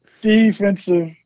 defensive